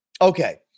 Okay